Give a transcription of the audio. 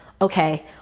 okay